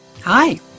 Hi